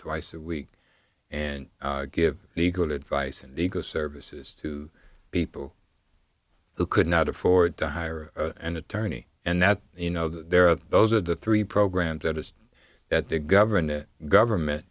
twice a week and give legal advice and legal services to people who could not afford to hire an attorney and that you know there are those are the three programs that is that the government and government